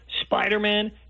Spider-Man